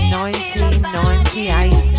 1998